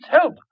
help